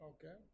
Okay